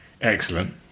Excellent